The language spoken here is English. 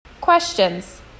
Questions